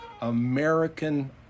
American